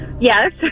Yes